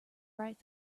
right